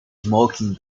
smoking